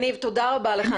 תודה רבה לך.